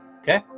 Okay